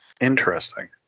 Interesting